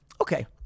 Okay